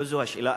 לא זו השאלה.